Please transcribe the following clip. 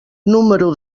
número